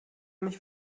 mich